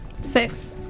Six